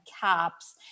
caps